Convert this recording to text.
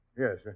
yes